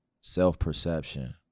self-perception